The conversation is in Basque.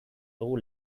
dugu